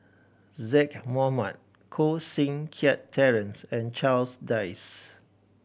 Zaqy Mohamad Koh Seng Kiat Terence and Charles Dyce